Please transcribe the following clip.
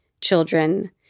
children